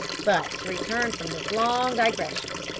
but, to return from this long digression.